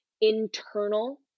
internal